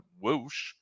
whoosh